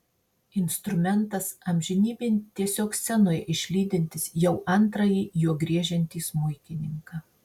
instrumentas amžinybėn tiesiog scenoje išlydintis jau antrąjį juo griežiantį smuikininką